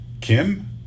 Kim